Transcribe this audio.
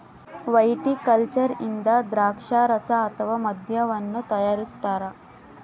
viticulture ಇಂದ ದ್ರಾಕ್ಷಾರಸ ಅಥವಾ ಮದ್ಯವನ್ನು ತಯಾರಿಸ್ತಾರ